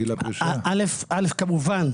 כמובן.